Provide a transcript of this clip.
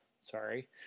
sorry